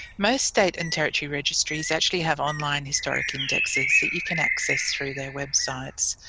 most state and territory registries actually have online historic indexes that you can access through their websites.